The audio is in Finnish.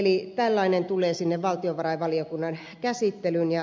eli tällainen tulee valtiovarainvaliokunnan käsittelyyn